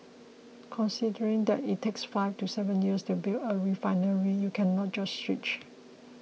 considering that it takes five to seven years to build a refinery you cannot just switch